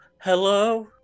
hello